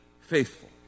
faithful